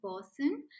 person